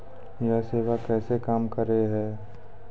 यह सेवा कैसे काम करै है?